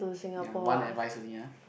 ya one advice only ah